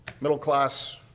middle-class